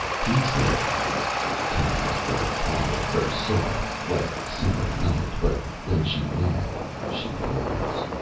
he said times, ver' quiet, ver' soft, like summer night, but when she mad she blaze.